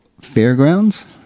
Fairgrounds